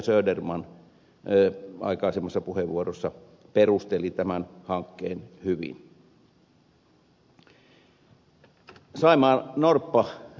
söderman aikaisemmassa puheenvuorossa perustelivat tämän hankkeen hyvin